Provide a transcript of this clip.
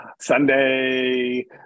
Sunday